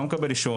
לא מקבל אישור.